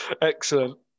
Excellent